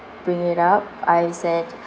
bring it up I said